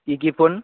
কি কি ফোন